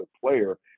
player